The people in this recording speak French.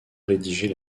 rédiger